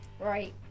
Right